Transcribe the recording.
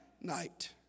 night